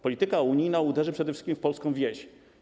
Polityka unijna uderzy przede wszystkim w polską wieś.